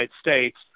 States